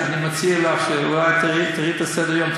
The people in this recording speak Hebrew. אני מציע לך שאולי תראי את סדר-היום,